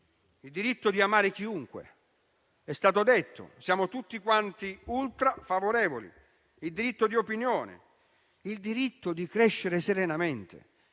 Il diritto di amare chiunque; è stato detto: siamo tutti quanti ultra favorevoli; il diritto di opinione, il diritto di crescere serenamente.